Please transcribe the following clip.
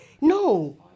No